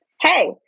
Hey